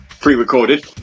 pre-recorded